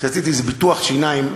שעשיתי איזה ביטוח שיניים,